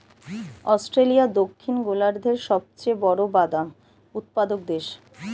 Australia দক্ষিণ গোলার্ধের সবচেয়ে বড় বাদাম উৎপাদক দেশ